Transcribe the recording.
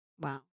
Wow